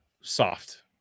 soft